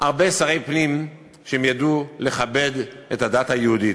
הרבה שרי פנים שידעו לכבד את הדת היהודית.